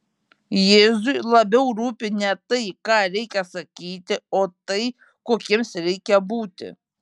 jėzui labiau rūpi ne tai ką reikia sakyti o tai kokiems reikia būti